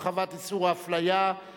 הרחבת איסור האפליה),